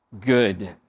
good